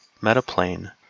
metaplane